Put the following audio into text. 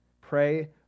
Pray